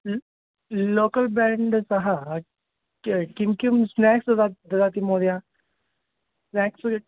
ल local brand सह किं किं स्नाक्स् ददाति ददाति महोदय स्नाक्स्